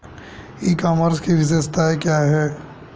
ई commerce की विशेषताएं क्या हैं?